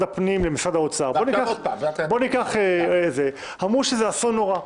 הפנים למשרד האוצר אמרו שזה אסון נורא.